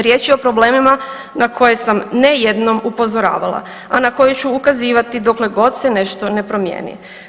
Riječ je o problemima na koje sam ne jednom upozoravala, a na koje ću ukazivati dokle god se nešto ne promijeni.